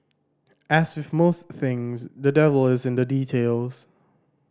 as with most things the devil is in the details